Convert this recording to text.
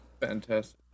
Fantastic